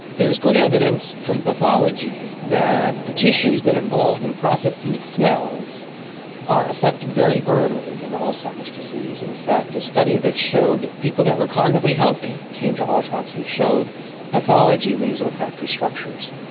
there is good evidence from pathology that the tissues that are involved in processing smells are affected very early in alzheimer's disease. in fact a study that showed people that were cognitively healthy came to autopsy showed pathology in these olfactory structures.